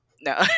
no